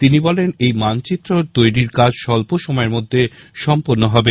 তিনি বলেন এই মানচিত্র প্রণয়নের কাজ স্বল্প সময়ের মধ্যে সম্পূর্ণ হবে